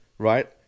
Right